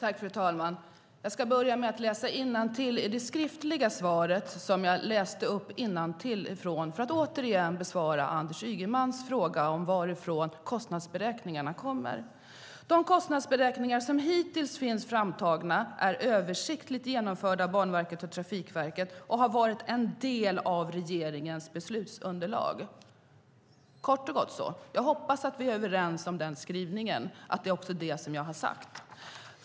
Fru talman! Jag ska börja med att läsa innantill ur det skriftliga svar som jag läste upp för att återigen besvara Anders Ygemans fråga om varifrån kostnadsberäkningarna kommer: "De kostnadsberäkningar som hittills finns framtagna är översiktligt genomförda av det tidigare Banverket, numera Trafikverket, och har varit en del av regeringens beslutsunderlag." Så är det kort och gott! Jag hoppas att vi är överens om den skrivningen och att det är det som jag har sagt.